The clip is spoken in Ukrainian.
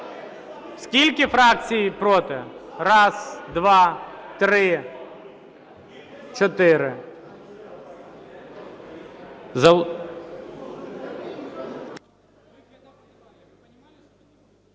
скільки фракцій проти? Раз, два, три , чотири.